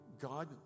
God